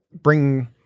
bring